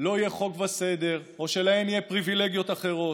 לא יהיה חוק וסדר או שלהן יהיו פריבילגיות אחרות.